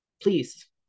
Please